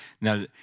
Now